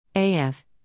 AF